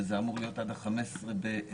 שזה אמור להיות עד ה-15 בפברואר.